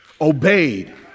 obeyed